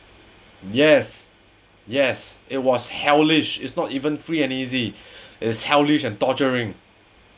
yes yes it was hellish is not even free and easy is hellish and torturing